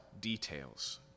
details